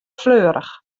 fleurich